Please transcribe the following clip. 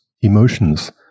emotions